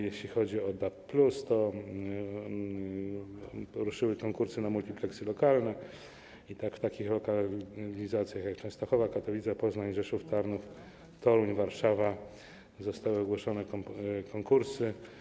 Jeśli chodzi o DAB+, to ruszyły konkursy na multipleksy lokalne i w takich lokalizacjach jak Częstochowa, Katowice, Poznań, Rzeszów, Tarnów, Toruń, Warszawa zostały ogłoszone konkursy.